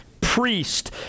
priest